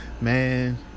Man